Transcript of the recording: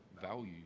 value